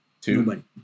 two